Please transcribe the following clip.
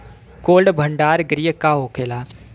Cold भण्डार गृह का होखेला?